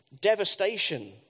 devastation